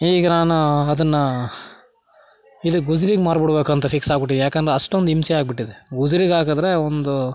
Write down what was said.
ಈಗ ನಾನು ಅದನ್ನು ಇದಕ್ಕೆ ಗುಜ್ರಿಗೆ ಮಾರಿಬಿಡ್ಬೇಕಂತ ಫಿಕ್ಸ್ ಆಗ್ಬುಟ್ಟೆ ಯಾಕಂದ್ರೆ ಅಷ್ಟೊಂದ್ ಹಿಂಸೆ ಆಗಿಬಿಟ್ಟಿದೆ ಗುಜ್ರಿಗೆ ಹಾಕದ್ರೆ ಒಂದು